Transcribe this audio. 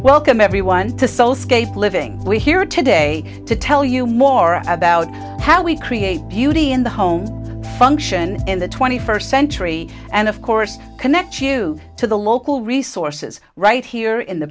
welcome everyone to soul scaife living we're here today to tell you more about how we create beauty in the home function in the twenty first century and of course connect you to the local resources right here in the